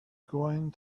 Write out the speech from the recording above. going